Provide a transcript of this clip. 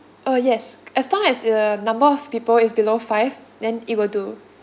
oh yes as long as the number of people is below five then it will do